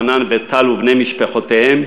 חנן וטל ובני משפחותיהם,